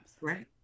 Right